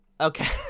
Okay